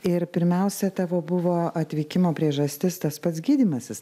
ir pirmiausia tavo buvo atvykimo priežastis tas pats gydymasis